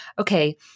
okay